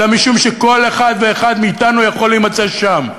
אלא משום שכל אחד ואחד מאתנו יכול להימצא שם.